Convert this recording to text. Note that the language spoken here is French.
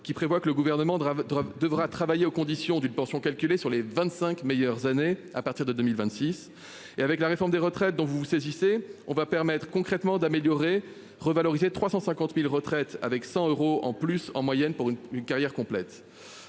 qui prévoit que le gouvernement. Devra travailler aux conditions d'une pension calculée sur les 25 meilleures années à partir de 2026 et avec la réforme des retraites dont vous vous saisissez on va permettre concrètement d'améliorer revalorisé de 350.000. Retraite avec 100 euros en plus en moyenne pour une carrière complète